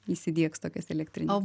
įsidiegs tokias elektrines